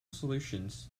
solutions